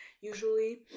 usually